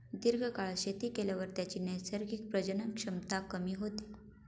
दीर्घकाळ शेती केल्यावर त्याची नैसर्गिक प्रजनन क्षमता कमी होते